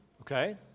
okay